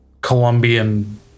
Colombian